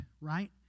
Right